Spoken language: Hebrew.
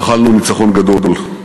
נחלנו ניצחון גדול.